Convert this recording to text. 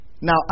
Now